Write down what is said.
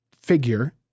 figure